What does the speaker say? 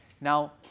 Now